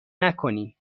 نکنین